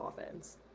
offense